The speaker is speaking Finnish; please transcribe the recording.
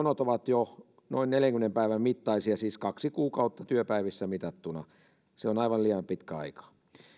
jonot ovat jo noin neljänkymmenen päivän mittaisia siis kaksi kuukautta työpäivissä mitattuna se on aivan liian pitkä aika